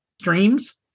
streams